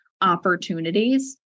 opportunities